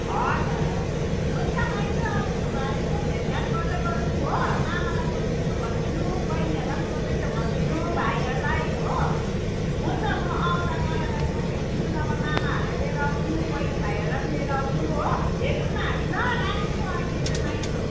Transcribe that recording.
हजुर हजुर हुन्छ माइजू अब उसोभए यसो भेटघाट गर्दै गरौँ हो मामालाई सोद्धै थियो भनिदिनु बहिनीहरूलाई पनि सोद्धै थियो भनिदिनु भाइहरूलाई हो हुन्छ म आउँदा तपाईँलाई पठाइदिन्छु नभए मामाहरूलाई लिएर आउनु बहिनी भाइहरूलाई पनि लिएर आउनु हो भेटौँ न हामी ल राखेको अहिले चाहिँ माइजू